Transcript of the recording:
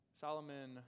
Solomon